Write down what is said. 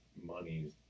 money